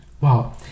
wow